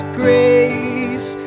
grace